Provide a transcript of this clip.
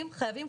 המשחק?